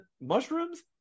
mushrooms